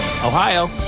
Ohio